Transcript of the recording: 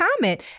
comment